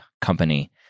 company